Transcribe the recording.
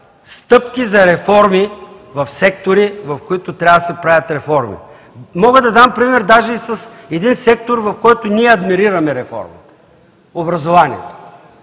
стъпки за реформи в сектори, в които трябва да се правят реформи? Мога да дам пример даже с един сектор, в който ние адмирираме реформа – образованието.